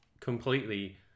completely